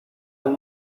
son